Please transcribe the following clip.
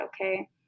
okay